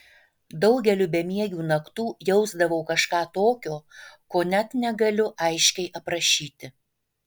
daugeliu bemiegių naktų jausdavau kažką tokio ko net negaliu aiškiai aprašyti